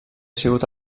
sigut